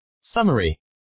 Summary